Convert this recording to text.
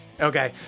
Okay